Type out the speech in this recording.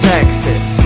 Texas